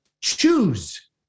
choose